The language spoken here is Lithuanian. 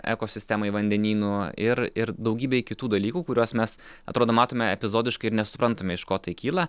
ekosistemai vandenynų ir ir daugybei kitų dalykų kuriuos mes atrodo matome epizodiškai ir nesuprantame iš ko tai kyla